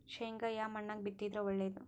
ಶೇಂಗಾ ಯಾ ಮಣ್ಣಾಗ ಬಿತ್ತಿದರ ಒಳ್ಳೇದು?